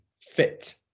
fit